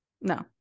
no